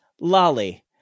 lolly